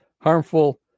harmful